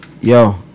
Yo